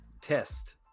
test